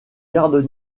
gardes